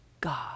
God